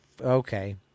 Okay